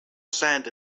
sand